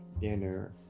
dinner